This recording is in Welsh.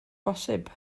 bosib